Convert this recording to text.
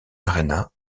arena